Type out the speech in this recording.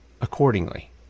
accordingly